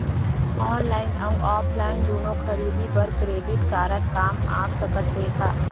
Online अऊ offline दूनो खरीदी बर क्रेडिट कारड काम आप सकत हे का?